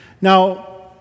Now